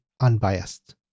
unbiased